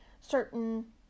certain